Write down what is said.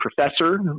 professor